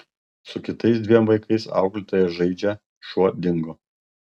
su kitais dviem vaikais auklėtoja žaidžia šuo dingo